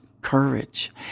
courage